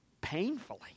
painfully